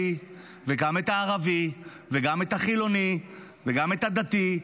וגם את הערבי וגם את החילוני וגם את הדתי,